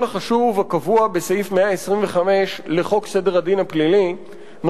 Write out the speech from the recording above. החשוב הקבוע בסעיף 125 לחוק סדר הדין הפלילי ,